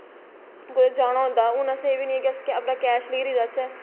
कुतै जाना होंदा हून असें एह् बी निं ऐ कि अस अपना कैश लेई जाचै